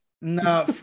No